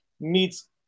meets